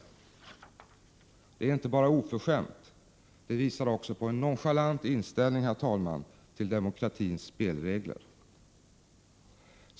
Detta är inte bara oförskämt. Det visar också en nonchalant inställning, herr talman, till demokratins spelregler.